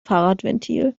fahrradventil